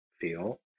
feel